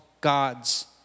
God's